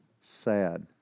Sad